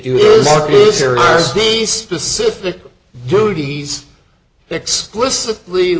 days specific duties explicitly